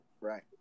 right